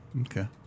Okay